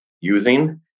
using